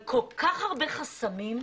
כל כך הרבה חסמים,